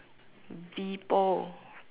people